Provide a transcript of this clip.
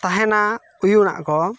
ᱛᱟᱦᱮᱱᱟ ᱩᱭᱩᱱᱟᱜ ᱠᱚ